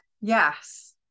Yes